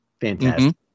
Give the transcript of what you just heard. Fantastic